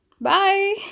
Bye